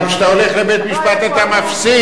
אבל כשאתה הולך לבית-משפט אתה מפסיד.